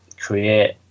create